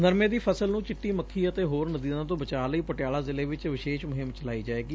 ਨਰਮੇ ਦੀ ਫ਼ਸਲ ਨੂੰ ਚਿੱਟੀ ਮੱਖੀ ਅਤੇ ਹੋਰ ਨਦੀਨਾਂ ਤੋਂ ਬਚਾਅ ਲਈ ਪਟਿਆਲਾ ਜ਼ਿਲੇ ਵਿੱਚ ਵਿਸ਼ੇਸ਼ ਮੁਹਿੰਮ ਚਲਾਈ ਜਾਵੇਗੀ